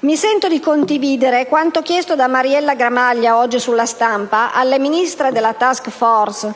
Mi sento di condividere quanto chiesto oggi da Mariella Gramaglia su «La Stampa» alle Ministre della*task force*: